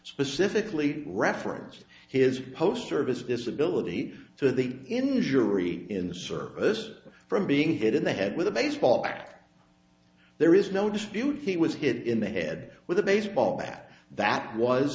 specifically referenced his post service disability for the injury in the service from being hit in the head with a baseball back there is no dispute he was hit in the head with a baseball bat that was